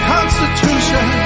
Constitution